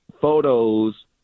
photos